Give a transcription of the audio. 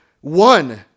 one